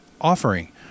offering